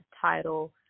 title